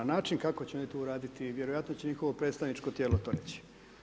Način kako će oni to uraditi, vjerojatno će njihovo predstavničko tijelo to reći.